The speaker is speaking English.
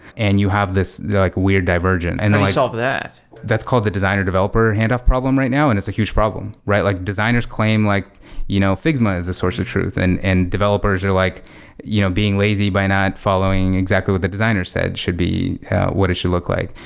and you have this like weird divergent and they solve that that's called the designer developer handoff problem right now, and it's a huge problem. like designers claim like you know figma is the source of truth, and and developers are like you know being lazy by not following exactly what the designer said should be what it should look like.